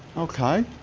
okay